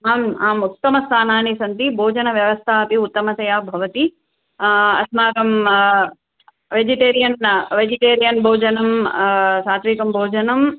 आम् आम् उत्तमस्थानानि सन्ति भोजनव्यवस्थापि उत्तमतया भवति अस्माकं वेजिटेरियन् वेजिटेरियन् भोजनं सात्विकं भोजनं